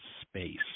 space